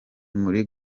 muri